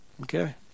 Okay